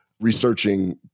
researching